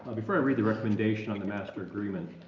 before i read the recommendation on the master agreement,